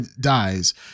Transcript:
dies